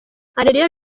areruya